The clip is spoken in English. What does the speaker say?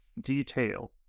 detail